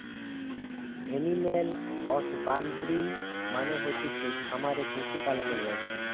animal husbandry মানে হতিছে খামারে পশু পালনের ব্যবসা